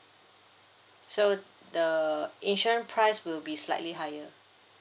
so the insurance price will be slightly higher